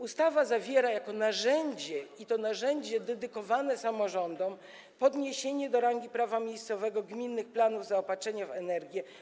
Ustawa jako narzędzie, i to narzędzie dedykowane samorządom, obejmuje podniesienie do rangi prawa miejscowego gminnych planów zaopatrzenia w energię.